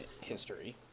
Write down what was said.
history